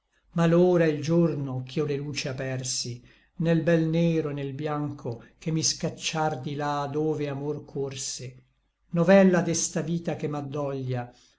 l'ora e l giorno ch'io le luci apersi nel bel nero et nel biancho che mi scaccir di là dove amor corse novella d'esta vita che m addoglia